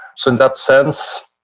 so in that sense,